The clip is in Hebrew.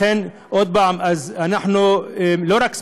לכן, עוד פעם, אנחנו לא רק שמחים,